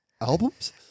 Albums